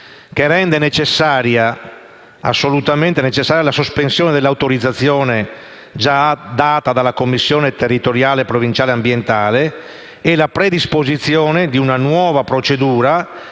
che rende assolutamente necessarie la sospensione dell'autorizzazione già data dalla commissione tecnica provinciale ambiente e la predisposizione di una nuova procedura